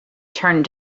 turned